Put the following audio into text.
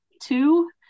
two